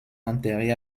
enterré